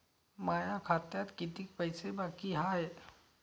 माया खात्यात कितीक पैसे बाकी हाय?